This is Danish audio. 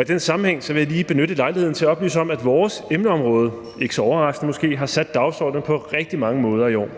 i den sammenhæng vil jeg lige benytte lejligheden til at oplyse om, at vores emneområde ikke så overraskende måske har sat dagsordenen på rigtig mange måder i år.